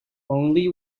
only